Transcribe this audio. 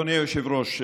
אדוני היושב-ראש,